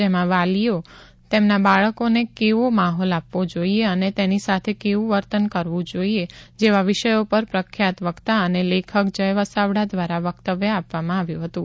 જેમાં વાલીએ તેના બાળકોને કેવો માહોલ આપવો અને તેની સાથે કેવું વર્તન કરવું જેવા વિષયો પર પ્રખ્યાત વક્તા અને લેખક જય વસાવડા દ્વારા વક્તવ્ય આપવામાં આવ્યું હતું